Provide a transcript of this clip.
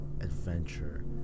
adventure